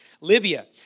Libya